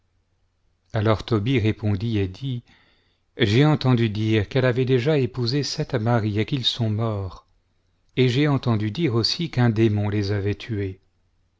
alors tobie répondit et dit j'ai entendu dire qu'elle avait déjà épousé sept maris et qu'ils sont morts et j'ai entendu dire aussi qu'un démon les avait tués